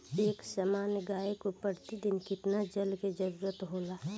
एक सामान्य गाय को प्रतिदिन कितना जल के जरुरत होला?